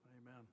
Amen